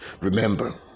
Remember